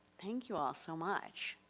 thank you all so much.